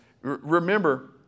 Remember